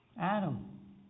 Adam